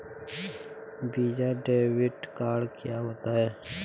Visa debit card क्या होता है?